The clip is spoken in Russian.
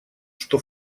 что